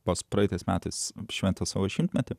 pas praeitais metais šventė savo šimtmetį